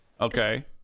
Okay